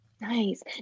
Nice